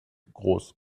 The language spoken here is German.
groß